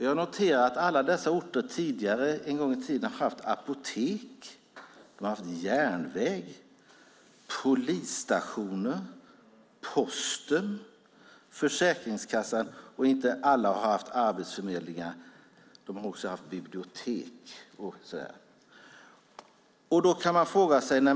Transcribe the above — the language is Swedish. Jag noterar att alla dessa orter en gång i tiden har haft apotek, järnväg, polisstation, post och försäkringskassa. Alla kanske inte har haft arbetsförmedlingar, men de har haft bibliotek och så vidare.